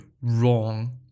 wrong